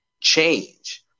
change